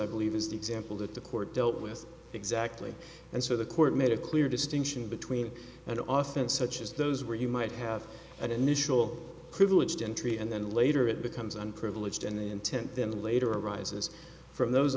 i believe is the example that the court dealt with exactly and so the court made a clear distinction between an author and such as those where you might have an initial privileged entry and then later it becomes unprivileged and the intent then later arises from those